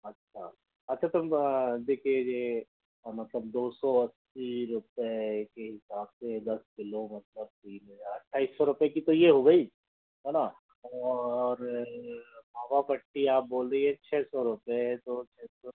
अच्छा अच्छा तो देखिए यह मतलब दो सौ अस्सी रुपये के हिसाब से दस किलो मतलब तीन हज़ार अट्ठाईस सौ रुपये की तो ये हो गई है ना और मावा बाटी आप बोल रही हैँ छः सौ रुपये तो छः सौ